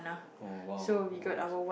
oh !wow! oh nice